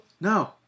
No